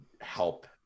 help